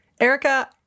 Erica